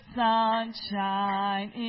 sunshine